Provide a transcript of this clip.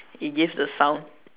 it gives the sound